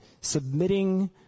submitting